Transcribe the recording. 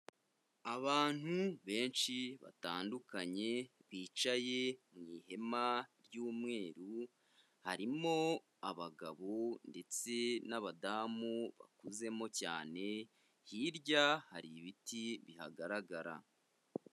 Abantu benshi batandukanye bicaye mu ihema ry'umweru, harimo abagabo ndetse n'abadamu bakuzemo cyane, hirya hari ibiti bihagaragara.